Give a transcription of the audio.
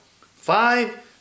Five